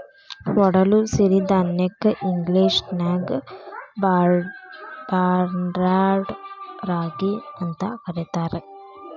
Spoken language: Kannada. ಒಡಲು ಸಿರಿಧಾನ್ಯಕ್ಕ ಇಂಗ್ಲೇಷನ್ಯಾಗ ಬಾರ್ನ್ಯಾರ್ಡ್ ರಾಗಿ ಅಂತ ಕರೇತಾರ